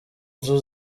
nzu